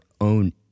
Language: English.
own